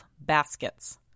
baskets